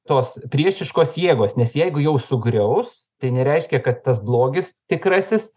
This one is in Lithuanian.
tos priešiškos jėgos nes jeigu jau sugriaus tai nereiškia kad tas blogis tikrasis